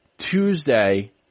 Tuesday